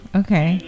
okay